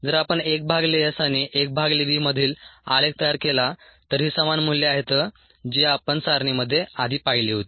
जर आपण 1 भागिले s आणि 1 भागिले v मधील आलेख तयार केला तर ही समान मूल्ये आहेत जी आपण सारणीमध्ये आधी पाहिली होती